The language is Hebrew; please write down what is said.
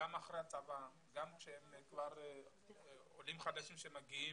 אחרי צבא, גם כשהם כבר עולים חדשים שמגיעים,